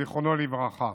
זיכרונו לברכה.